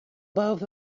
both